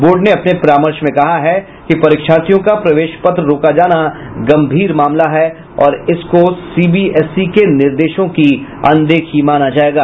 board ने अपने परामर्श में कहा है कि परीक्षार्थियों का प्रवेश पत्र रोक जाना गम्भीर मामला है और इसको सीबीएसई के निर्देशों की अनदेखी माना जायेगा